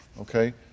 Okay